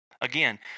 Again